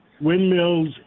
windmills